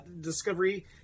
Discovery